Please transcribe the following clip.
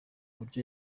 buryo